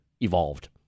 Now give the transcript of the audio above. evolved